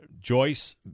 Joyce